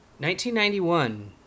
1991